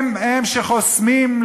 הם-הם שחוסמים,